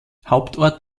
hauptort